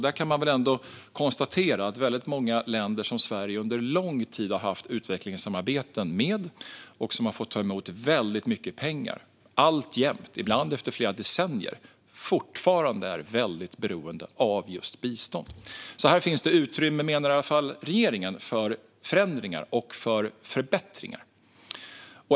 Där kan man konstatera att många av de länder som Sverige under lång tid har haft utvecklingssamarbeten med och som har fått ta emot väldigt mycket pengar ändå alltjämt, ibland efter flera decennier, är väldigt beroende av bistånd. Här finns det alltså enligt regeringen utrymme för förändringar och förbättringar.